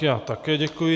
Já také děkuji.